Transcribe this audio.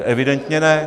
Evidentně ne.